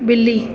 ॿिली